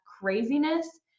craziness